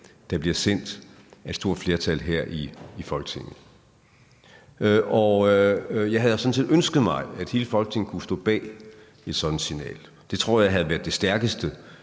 der bliver sendt af et stort flertal her i Folketinget. Jeg havde sådan set ønsket, at hele Folketinget kunne stå bag et sådant signal. Jeg tror, det havde været det stærkeste